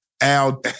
Al